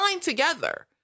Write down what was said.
together